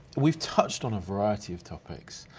we've touched on a variety of topics.